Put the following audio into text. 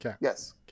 yes